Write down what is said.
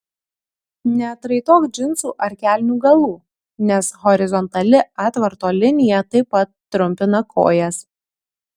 neatraitok džinsų ar kelnių galų nes horizontali atvarto linija taip pat trumpina kojas